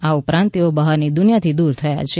આ ઉપરાંત તેઓ બહારની દુનિયાથી દૂર થયા છે